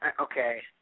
okay